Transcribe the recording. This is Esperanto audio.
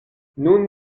nun